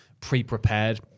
pre-prepared